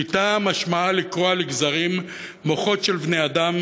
שליטה משמעה לקרוע לגזרים מוחות של בני-אדם